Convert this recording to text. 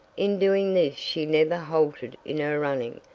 in doing this she never halted in her running,